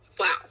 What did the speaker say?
wow